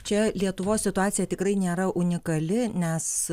čia lietuvos situacija tikrai nėra unikali nes